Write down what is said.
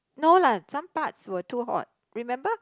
no lah some parts were too hot remember